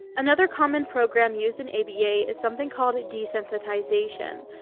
another common program used in aba is something called desensitization,